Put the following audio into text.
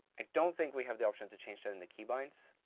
i don't think we have the option to change that in the keybinds.